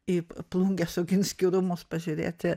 į plungės oginskių rūmus pažiūrėti